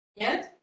Yes